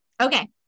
Okay